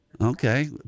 Okay